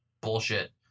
bullshit